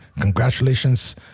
Congratulations